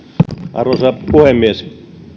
arvoisa puhemies